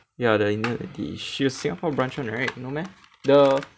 ya the indian lady she's Singapore branch one right no meh the